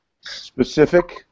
specific